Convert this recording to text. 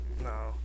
No